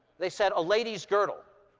they said, a lady's girdle.